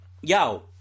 Yo